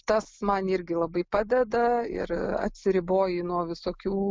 tas man irgi labai padeda ir atsiriboji nuo visokių